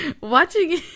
Watching